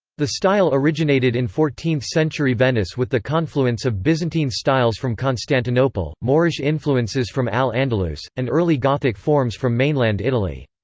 the style originated in fourteenth century venice with the confluence of byzantine styles from constantinople, moorish influences from al-andalus, and early gothic forms from mainland italy.